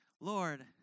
Lord